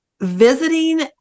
Visiting